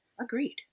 agreed